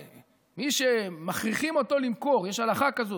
מי שמכריחים אותו למכור, יש הלכה כזאת,